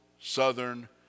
southern